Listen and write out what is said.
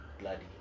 bloody